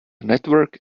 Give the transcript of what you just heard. network